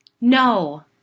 No